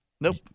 Nope